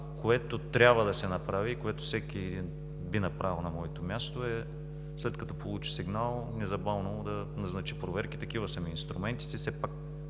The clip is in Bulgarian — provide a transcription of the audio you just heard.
което трябва да се направи и което всеки един би направил на моето място, е, след като получи сигнал, незабавно да назначи проверки, такива са ми инструментите,